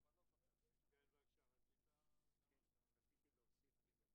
השאלה אם רוצים.